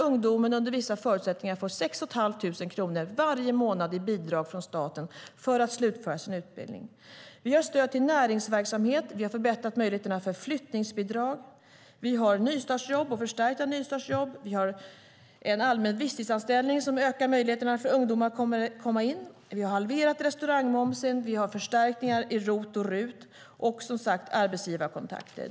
Under vissa förutsättningar får de 6 500 kronor varje månad i bidrag från staten för att slutföra sin utbildning. Vi har infört stöd till näringsverksamhet. Vi har förbättrat möjligheten att få flyttningsbidrag. Vi har satsat på nystartsjobb och förstärkta nystartsjobb. Vi har infört en allmän visstidsanställning som ökar möjligheterna för ungdomar att komma in på arbetsmarknaden. Vi har halverat restaurangmomsen, förstärkt ROT och RUT och vi har, som sagt, satsat på arbetsgivarkontakter.